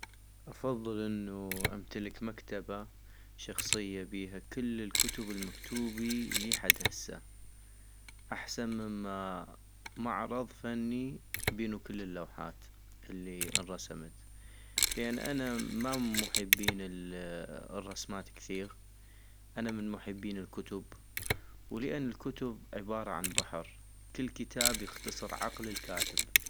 افضل انو أمتلك مكتبة شخصية بيها كل الكتب المكتوبي لي حد هسه احسن مما معرض فني بينو كل اللوحات اللي كن انرسمت - لان أنا ما من محبين الرسمات كثيغ ، أنا من محبين الكتب ، ولان الكتب عبارة عن بحر ، كل كتاب يختصر عقل الكاتب